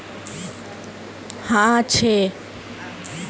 भारत दुनियार तीसरा सबसे बड़ा मछली उत्पादक देश छे